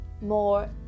more